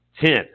ten